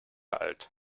alt